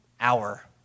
hour